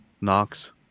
Knox